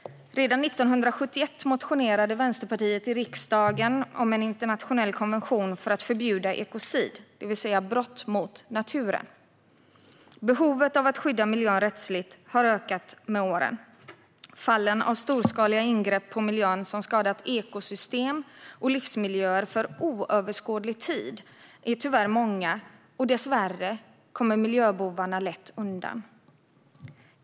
Redan 1971 motionerade Vänsterpartiet i riksdagen om en internationell konvention för att förbjuda ekocid, det vill säga brott mot naturen. Behovet av att skydda miljön rättsligt har ökat med åren. Fallen av storskaliga ingrepp på miljön som skadat ekosystem och livsmiljöer för oöverskådlig tid är tyvärr många, och dessvärre kommer miljöbovarna lätt undan.